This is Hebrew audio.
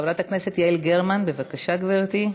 חברת הכנסת יעל גרמן, בבקשה, גברתי.